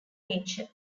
nature